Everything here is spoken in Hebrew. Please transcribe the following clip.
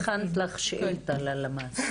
הינה, הכנת לך שאילתה ללמ"ס.